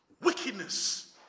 wickedness